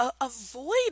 avoid